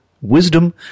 wisdom